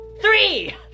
Three